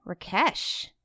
Rakesh